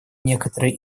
некоторые